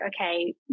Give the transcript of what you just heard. okay